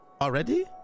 already